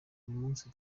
munsi